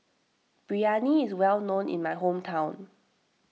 Biryani is well known in my hometown